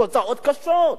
תוצאות קשות.